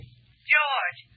George